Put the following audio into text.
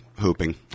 Hooping